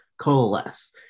coalesce